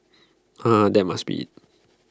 ah that must be IT